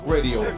Radio